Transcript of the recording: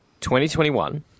2021